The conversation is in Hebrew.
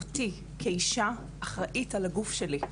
אותי כאישה האחראית על הגוף שלי.